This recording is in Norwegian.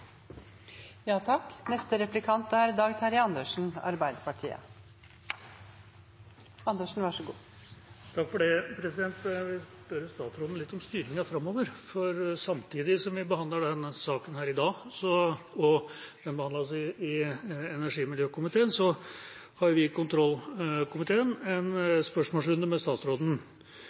Jeg vil spørre statsråden litt om styringen framover, for samtidig som vi behandler denne saken i dag – og den behandles også i energi- og miljøkomiteen – har vi i kontrollkomiteen en spørsmålsrunde med statsråden.